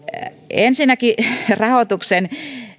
ensinnäkin rahoituksen